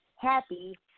happy